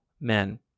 men